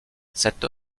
cette